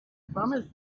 promised